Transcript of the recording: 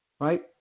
right